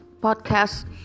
podcast